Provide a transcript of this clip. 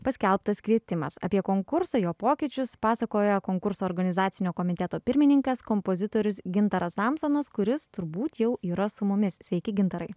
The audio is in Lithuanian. paskelbtas kvietimas apie konkursą jo pokyčius pasakoja konkurso organizacinio komiteto pirmininkas kompozitorius gintaras samsonas kuris turbūt jau yra su mumis sveiki gintarai